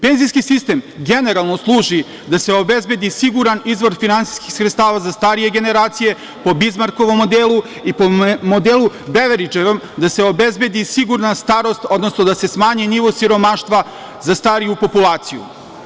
Penzijski sistem generalno služi da se obezbedi siguran izvor finansijskih sredstava za starije generacije, po Bizmarkovom modelu i po modelu Beveridževom, da se obezbedi sigurna starost, odnosno da se smanji nivo siromaštva za stariju populaciju.